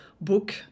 book